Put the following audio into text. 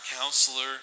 Counselor